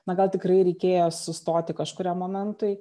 na gal tikrai reikėjo sustoti kažkuriam momentui